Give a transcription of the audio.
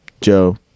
Joe